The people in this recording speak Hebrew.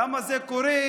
למה זה קורה,